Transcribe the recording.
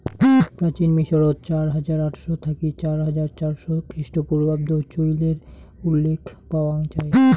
প্রাচীন মিশরত চার হাজার আটশ থাকি চার হাজার চারশ খ্রিস্টপূর্বাব্দ চইলের উল্লেখ পাওয়াং যাই